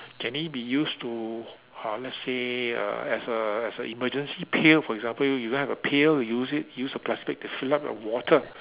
can it be used to uh let's say uh as a as a emergency pail for example you don't have a pail you use it you use a plastic bag to fill up your water